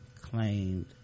claimed